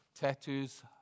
tattoos